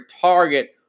target